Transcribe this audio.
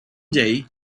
day